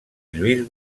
lluís